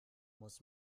muss